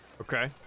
okay